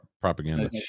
propaganda